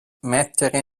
mettere